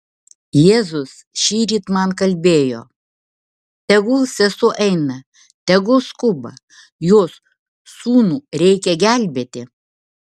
jėzus šįryt man kalbėjo tegul sesuo eina tegul skuba jos sūnų reikia gelbėti